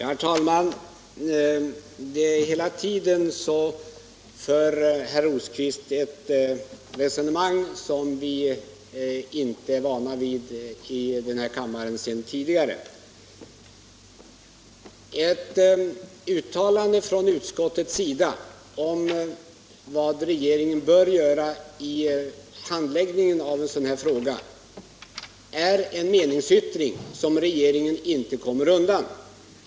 Herr talman! Hela tiden för herr Rosqvist ett resonemang som vi inte är vana vid i den här kammaren sedan tidigare. Ett uttalande från utskottets sida om vad regeringen bör göra vid handläggningen av en sådan här fråga är en meningsyttring som regeringen inte kommer undan.